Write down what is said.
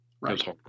Right